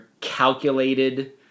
calculated